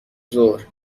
ظهر